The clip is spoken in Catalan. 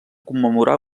commemorar